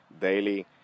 daily